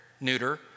neuter